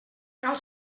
cal